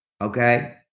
Okay